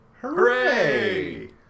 Hooray